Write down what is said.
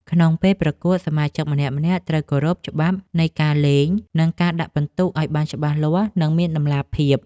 ក្នុងពេលប្រកួត សមាជិកម្នាក់ៗត្រូវគោរពច្បាប់នៃការលេង និងការដាក់ពិន្ទុឱ្យបានច្បាស់លាស់ និងមានតម្លាភាព។